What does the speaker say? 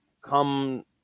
come